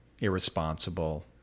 irresponsible